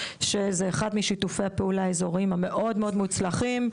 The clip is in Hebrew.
שזה אחד משיתופי הפעולה האזוריים המאוד מאוד מוצלחים.